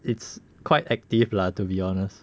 it's quite active lah to be honest